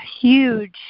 huge